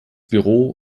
büro